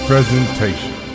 Presentation